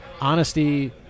honesty